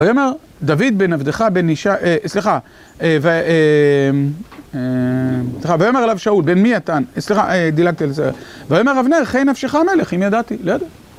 ויאמר, דוד בן אבדך בן ישי, סליחה, ויאמר אליו שאול בן מי אתה, סליחה, דילגתי על זה, ויאמר אבנר, חי נפשך המלך, אם ידעתי? לא יודע